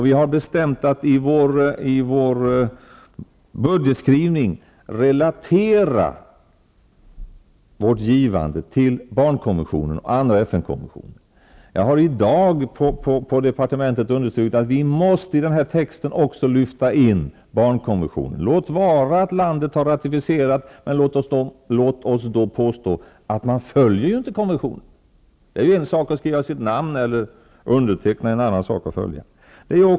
Vi har bestämt att i vår budgetskrivning relatera vårt givande till barnkon ventionen och andra FN-konventioner. Jag har i dag på departementet un derstrukit att vi också måste lyfta fram barnkonventionen -- låt var att landet har ratificerat den, men låt oss påstå att man inte följer konventionen. Det är en sak att underteckna den och en annan att följa den.